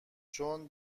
چون